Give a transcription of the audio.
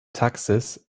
taxis